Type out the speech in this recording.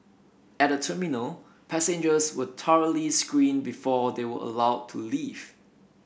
at the terminal passengers were thoroughly screened before they were allowed to leave